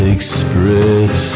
Express